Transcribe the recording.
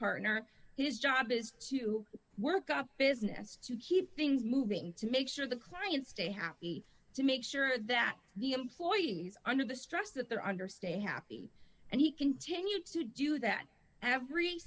partner his job is to work up business to keep things moving to make sure the clients stay happy to make sure that the employees under the stress that they're under stay happy and he continued to do that every